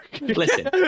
Listen